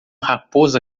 raposa